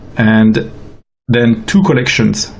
and then two collections,